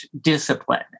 discipline